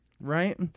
right